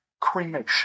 Cremation